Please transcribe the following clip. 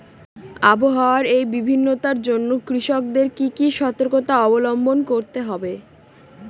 আবহাওয়ার এই ভিন্নতার জন্য কৃষকদের কি কি সর্তকতা অবলম্বন করতে হবে?